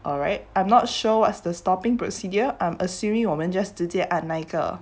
alright I'm not sure what's the stopping procedure I'm assuming 我们直接按那个